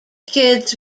kids